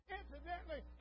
Incidentally